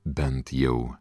bent jau